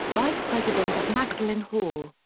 vice president of magdalen hall.